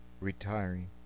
retiring